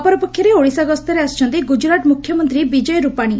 ଅପରପକ୍ଷରେ ଓଡ଼ିଶା ଗସ୍ତରେ ଆସିଛନ୍ତି ଗୁଜୁରାଟ୍ ମୁଖ୍ୟମନ୍ତୀ ବିଜୟ ରୁପାଶୀ